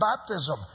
baptism